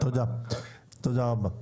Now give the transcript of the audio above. תודה רבה.